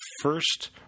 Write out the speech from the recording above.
first